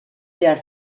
behar